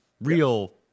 real